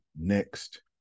next